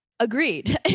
Agreed